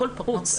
הכול פרוץ?